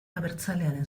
abertzalearen